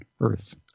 Earth